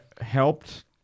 helped